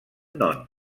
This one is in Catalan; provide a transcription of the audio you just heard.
non